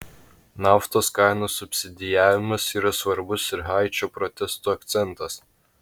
naftos kainų subsidijavimas yra svarbus ir haičio protestų akcentas